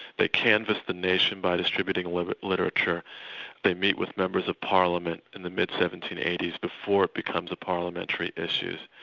they canvassed the nation by distributing literature literature they meet with members of parliament in the mid seventeen eighty s before it becomes a parliamentary issue.